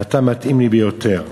ואתה מתאים לי ביותר.